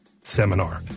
seminar